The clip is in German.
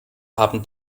haben